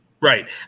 Right